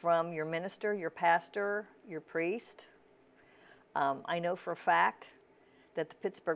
from your minister your pastor your priest i know for a fact that the pittsburgh